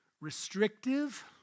restrictive